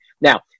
Now